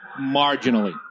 Marginally